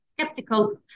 skeptical